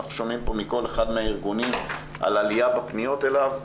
אנחנו שומעים פה מכל אחד מהארגונים על עלייה בפניות אליו,